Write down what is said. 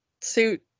suit